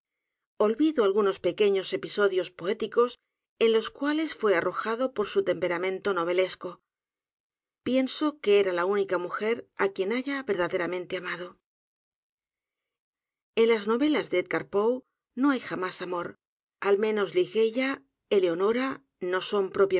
olvido algunos pequeños episodios poéticos en los cuales fué arrojado por su temperamento novelesco